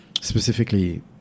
specifically